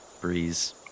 breeze